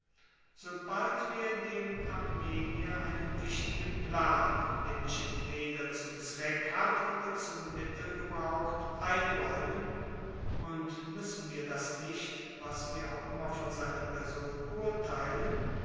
sobald wir dem armenier einen wichtigen plan der mich entweder zum zweck hat oder zum mittel gebraucht einräumen und müssen wir das nicht was wir auch immer von seiner person urteilen